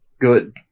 good